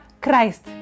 Christ